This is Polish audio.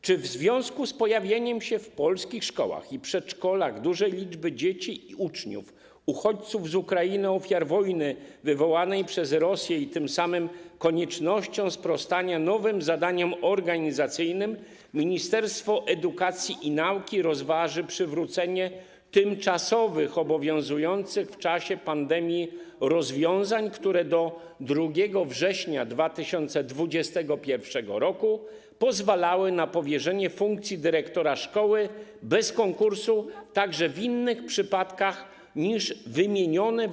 Czy w związku z pojawieniem się w polskich szkołach i przedszkolach dużej liczby dzieci i uczniów - uchodźców z Ukrainy, ofiar wojny wywołanej przez Rosję, i tym samym koniecznością sprostania nowym zadaniom organizacyjnym Ministerstwo Edukacji i Nauki rozważy przywrócenie tymczasowych, obowiązujących w czasie pandemii rozwiązań, które do 2 września 2021 r. pozwalały na powierzenie funkcji dyrektora szkoły bez konkursu także w innych przypadkach niż wymienione w